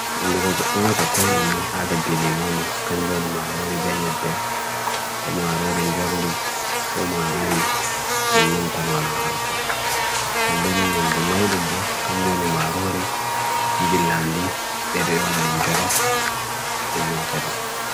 ʻʻimdʻiwad ʻakwair ʻimi ʻa'dê dʻi mwwni ʻqanjo ʻini marori benye ba' ʻo marori ʻi ʻi njol ʻi ʻo marori ʻon non tanwal ʻa ʻa koo ʻendel ʻi ʻhi ʻdon awdum bo ʻganjo ʻini marori ʻi njil ʻandi ʻa bedwʻi ona ʻi njol ʻof ʻon naka di